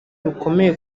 rukomeye